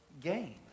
gain